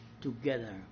together